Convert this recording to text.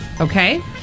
Okay